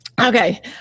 Okay